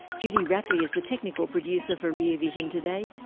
judy rapley is the technical producer for rear vision today.